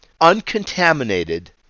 uncontaminated